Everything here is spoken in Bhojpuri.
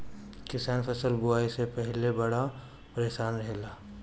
किसान फसल बुआई से पहिले बड़ा परेशान रहेला